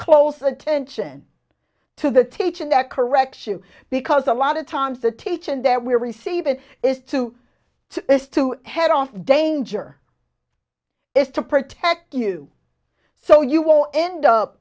close attention to the teaching that correction because a lot of times the teaching that we receive it is to to to head off danger is to protect you so you will end up